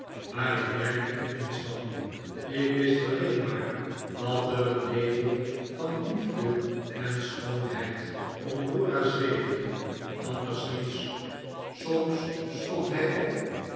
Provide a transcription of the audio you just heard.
maar ik merkte er niets van ik wist alleen maar dat er een nevel van liefde en schoonheid om dora zweefde anders niets soms stond hij op